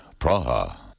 Praha